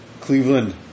Cleveland